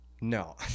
no